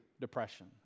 depression